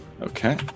Okay